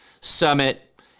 summit